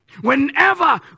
Whenever